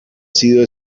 sido